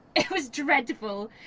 it was dreadful.